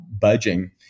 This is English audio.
budging